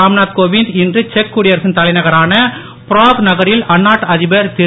ராம்நாத் கோவிந்த் இன்று செக் குடியரசின் தலைநகரமான பிராக் நகரில் அந்நாட்டு அதிபர் திரு